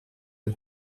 ein